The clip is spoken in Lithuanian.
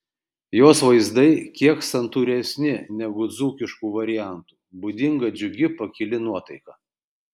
jos vaizdai kiek santūresni negu dzūkiškų variantų būdinga džiugi pakili nuotaika